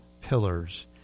pillars